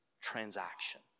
transaction